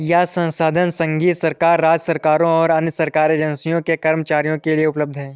यह संसाधन संघीय सरकार, राज्य सरकारों और अन्य सरकारी एजेंसियों के कर्मचारियों के लिए उपलब्ध है